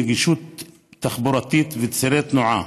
נגישות תחבורתית וצירי תנועה.